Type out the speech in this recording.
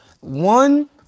One